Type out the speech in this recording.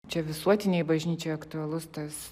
čia visuotinei bažnyčiai aktualus tas